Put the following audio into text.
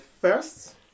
first